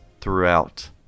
throughout